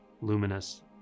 luminous